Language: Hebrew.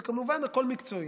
זה כמובן הכול מקצועי,